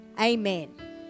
Amen